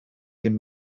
ddim